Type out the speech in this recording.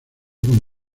con